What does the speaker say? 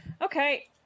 Okay